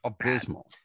abysmal